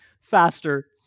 faster